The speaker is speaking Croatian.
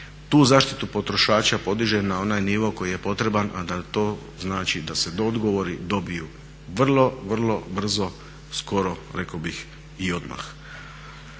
Tu zaštitu potrošača podiže na onaj nivo koji je potreban, a da to znači da se odgovori dobiju vrlo, vrlo brzo, skoro rekao bih i odmah.